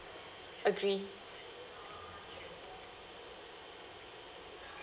agree